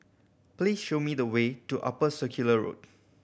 please show me the way to Upper Circular Road